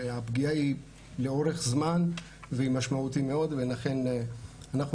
הפגיעה היא לאורך זמן והיא משמעותית מאוד ולכן אנחנו